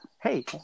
Hey